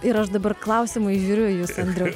ir aš dabar klausiamai žiūriu į jus andriau